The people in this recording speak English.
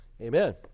Amen